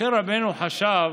משה רבנו חשב